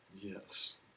Yes